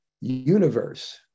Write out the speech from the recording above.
universe